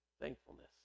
thankfulness